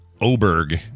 Oberg